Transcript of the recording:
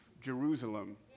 Jerusalem